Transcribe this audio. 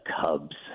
cubs